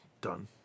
done